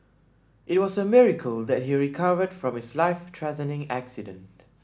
it was a miracle that he recovered from his life threatening accident